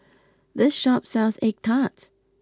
this shop sells Egg Tart